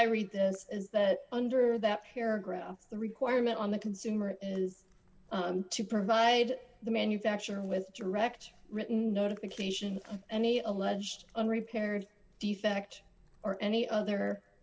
i read this is that under that paragraph the requirement on the consumer is to provide the manufacturer with direct notification any alleged unrepaired defect or any of the